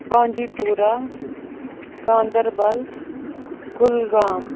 بانٛڈی پوٗرہ گانٛدَربَل کُلگام